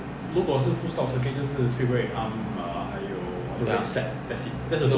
so 我 start 我的 turn 的时候我就跟他讲说 err runway track